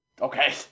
Okay